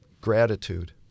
gratitude